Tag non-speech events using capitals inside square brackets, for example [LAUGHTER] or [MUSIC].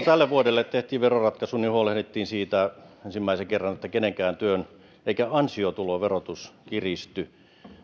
[UNINTELLIGIBLE] tälle vuodelle tehtiin veroratkaisu huolehdittiin ensimmäisen kerran siitä että kenenkään ansiotulon verotus ei kiristy se